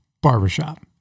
barbershop